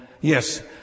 Yes